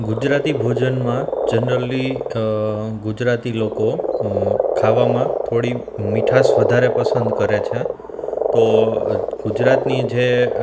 ગુજરાતી ભોજનમાં જનરલી ગુજરાતી લોકો ખાવામાં થોડી મીઠાસ વધારે પસંદ કરે છે તો ગુજરાતની જ